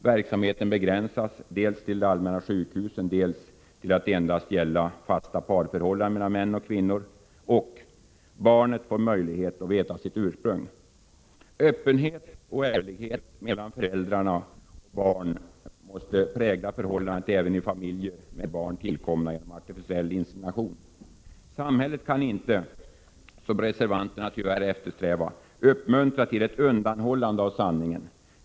—- Verksamheten begränsas dels till de allmänna sjukhusen, dels till att endast gälla fasta parförhållanden mellan män och kvinnor. — Barnet får möjlighet att veta sitt ursprung. Öppenhet och ärlighet mellan föräldrar och barn måste prägla förhållandet även i familjer med barn tillkomna genom artificiell insemination. Samhället kan inte, som reservanterna tyvärr eftersträvar, uppmuntra till ett undanhållande av sanningen.